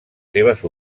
seves